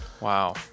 Wow